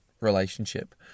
relationship